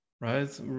right